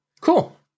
Cool